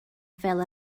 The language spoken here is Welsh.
fel